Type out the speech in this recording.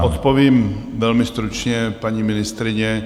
Odpovím velmi stručně, paní ministryně.